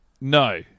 no